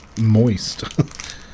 moist